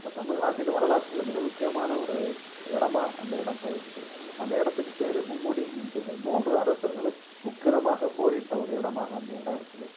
அப்ப தமிழ்நாட்டின் வரலாற்றில் மிக முக்கியமான ஒரு இடமா அந்த இடம் இப்போ இருக்குது அந்த இடத்துக்கு பேர் மும்முடின்னு பெயரு மூன்று அரசர்களும் உக்கிரமாக போரிட்ட ஒரு இடமாக அந்த இடம் இருக்குது